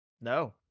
No